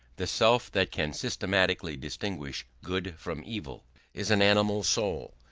the self that can systematically distinguish good from evil is an animal soul.